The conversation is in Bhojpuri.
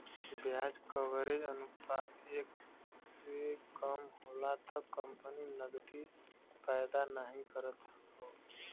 ब्याज कवरेज अनुपात एक से कम होला त कंपनी नकदी पैदा नाहीं करत हौ